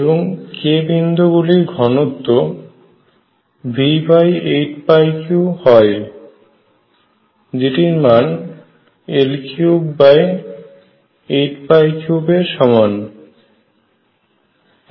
এবং k বিন্দু গুলির ঘনত্ব V83 হয় যেটির মান L383 এর সমান হয়